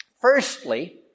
Firstly